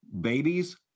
babies